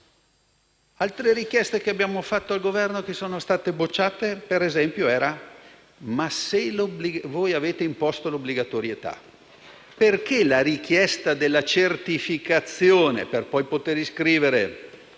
Altre richieste che abbiamo fatto al Governo sono state bocciate, come la seguente. Se avete imposto l'obbligatorietà, perché la richiesta della certificazione per poter iscrivere